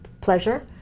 pleasure